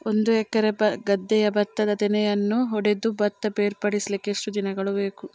ಒಂದು ಎಕರೆ ಗದ್ದೆಯ ಭತ್ತದ ತೆನೆಗಳನ್ನು ಹೊಡೆದು ಭತ್ತ ಬೇರ್ಪಡಿಸಲಿಕ್ಕೆ ಎಷ್ಟು ದಿನಗಳು ಬೇಕು?